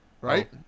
Right